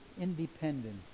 independent